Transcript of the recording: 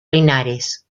linares